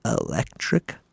electric